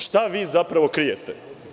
Šta vi zapravo krijete?